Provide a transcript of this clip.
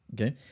okay